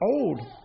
old